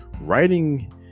writing